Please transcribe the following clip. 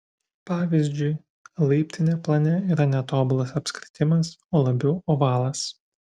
pavyzdžiui laiptinė plane yra ne tobulas apskritimas o labiau ovalas